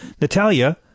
Natalia